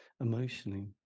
emotionally